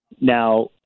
Now